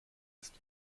ist